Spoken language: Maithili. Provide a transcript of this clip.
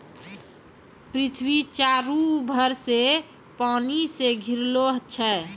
पृथ्वी चारु भर से पानी से घिरलो छै